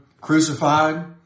crucified